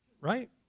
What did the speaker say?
Right